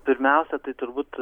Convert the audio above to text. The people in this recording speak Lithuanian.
pirmiausia tai turbūt